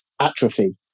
atrophy